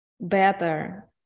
better